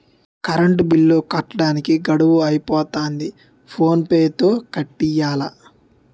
current bill కట్టడానికి గడువు అయిపోతంది ఫోన్ పే తో కట్టియ్యాల